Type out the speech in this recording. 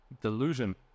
delusion